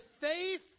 faith